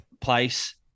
place